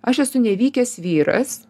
aš esu nevykęs vyras